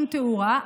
עם תאורה,